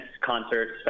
concerts